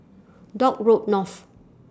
Dock Road North